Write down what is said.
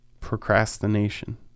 Procrastination